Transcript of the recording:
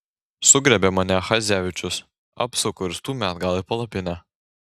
sugriebė mane chadzevičius apsuko ir stūmė atgal į palapinę